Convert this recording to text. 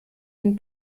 den